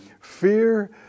fear